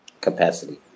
capacity